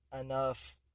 enough